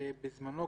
בזמנו,